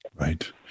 Right